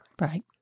Right